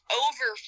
over